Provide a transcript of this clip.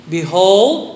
Behold